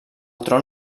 tron